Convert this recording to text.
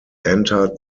entered